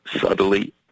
subtly